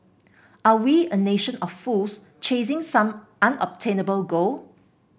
are we a nation of fools chasing some unobtainable goal